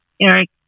Eric